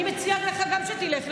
אני מציעה גם לך שתלך.